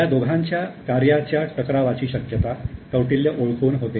या दोघांच्या कार्याच्या टकरावाची शक्यता कौटिल्य ओळखून होते